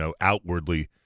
outwardly